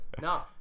No